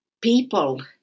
People